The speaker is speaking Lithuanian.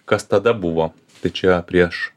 kas tada buvo tai čia prieš